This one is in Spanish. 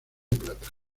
plata